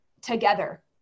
together